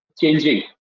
changing